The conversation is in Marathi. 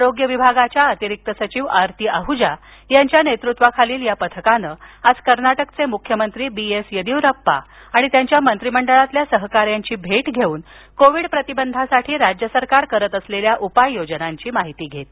आरोग्य विभागाच्या अतिरिक्त सचिव आरती आहुजा यांच्या नेतृत्वाखालील या पथकानं आज कर्नाटकचे मुख्यमंत्री बी एस येदीयुरप्पा आणि त्यांच्या मंत्रिमंडळातील सहकाऱ्यांची भेट घेऊन कोविड प्रतिबंधासाठी राज्यसरकार करत असलेल्या उपाययोजनांची माहिती घेतली